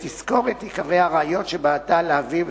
בנוסף, על-פי הצעת החוק,